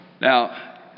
Now